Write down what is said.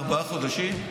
לפני ארבעה חודשים,